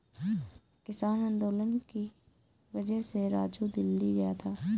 किसान आंदोलन की वजह से राजू दिल्ली गया था